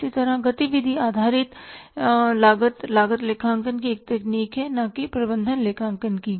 इसी तरह गति विधि आधारित लागत लागत लेखांकन की एक तकनीक है न कि प्रबंधन लेखांकन की